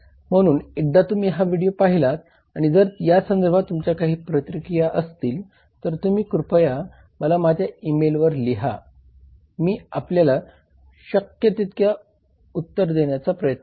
म्हणून एकदा तुम्ही हा व्हिडीओ पाहिलात आणि जर या संधर्भात तुमच्या काही प्रतिक्रिया असतील तर कृपया माझ्या ई मेल वर लिहा आणि मी तुम्हाला शक्य तितके उत्तर नक्की देईन